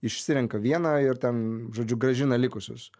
išsirenka vieną ir ten žodžiu grąžina likusius